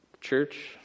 church